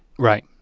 right?